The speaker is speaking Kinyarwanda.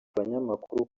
banyamakuru